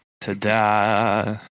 Ta-da